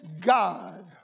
God